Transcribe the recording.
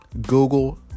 Google